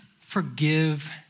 forgive